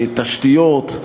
תשתיות,